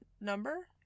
number